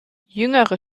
jüngere